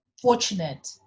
fortunate